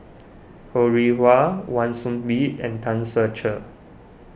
Ho Rih Hwa Wan Soon Bee and Tan Ser Cher